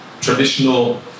traditional